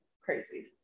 crazy